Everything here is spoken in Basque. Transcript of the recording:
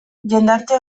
jendarte